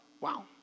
Wow